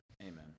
Amen